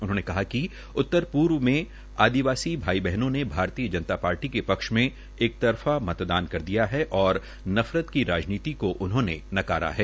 उन्होंने कहा कि उत्तरपूर्व में ऑदिवासी भाई बहनों ने भारतीय जनता पार्टी के पक्ष में एकतरफा मतदान दिया है और नफरत की राजनीति को उन्होंने नकारा है